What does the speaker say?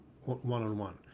one-on-one